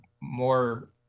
more